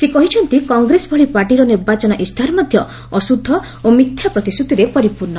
ସେ କହିଛନ୍ତି କଂଗ୍ରେସ ଭଳି ପାର୍ଟିର ନିର୍ବାଚନ ଇସ୍ତାହାର ମଧ୍ୟ ଅଶୁଦ୍ଧ ଓ ମିଥ୍ୟା ପ୍ରତିଶ୍ରତିରେ ପରିପ୍ରର୍ଣ୍ଣ